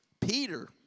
Peter